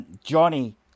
Johnny